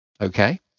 okay